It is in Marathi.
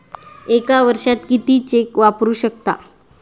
एका वर्षात किती चेक वापरू शकता?